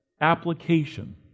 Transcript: application